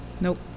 Nope